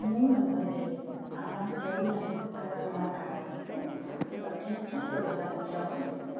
মোৰ লগতে আমাৰ পৰিয়াল আৰু আমাৰ গাঁওবাসীকো যথেষ্টই প্ৰভাৱান্বিত কৰিছে